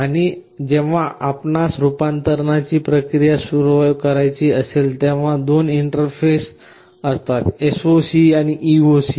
आणि जेव्हा आपणास रूपांतरणाची प्रक्रिया सुरू करायची असेल तेव्हा दोन इंटरफेस असतात SOC आणि EOC